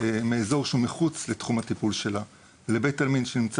לאזור שהוא מחוץ לתחום הטיפול שלה לבית עלמין שנמצא